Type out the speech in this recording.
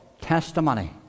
testimony